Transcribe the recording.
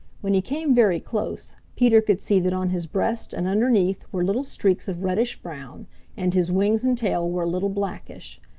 when he came very close peter could see that on his breast and underneath were little streaks of reddish brown and his wings and tail were a little blackish.